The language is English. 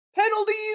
Penalties